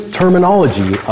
terminology